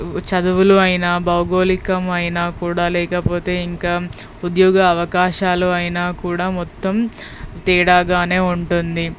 చదువులు అయినా భౌగోళికమైనా కూడా లేకపోతే ఇంకా ఉద్యోగ అవకాశాలు అయినా కూడా మొత్తం తేడాగానే ఉంటుంది